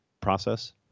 process